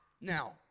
Now